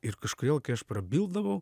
ir kažkodėl kai aš prabildavau